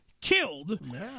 killed